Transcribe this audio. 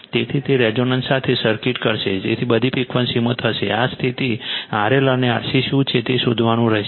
તેથી તે રેઝોનન્સ સાથે સર્કિટ કરશે જે બધી ફ્રિક્વન્સીમાં થશે આ સ્થિતિ RL અને RC શું છે તે શોધવાનું રહેશે